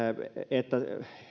että